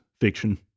fiction